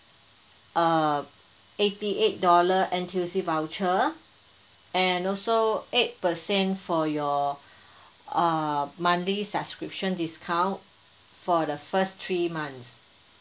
uh eighty eight dollar N_T_U_C voucher and also eight percent for your uh monthly subscription discount for the first three months